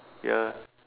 ya